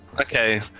Okay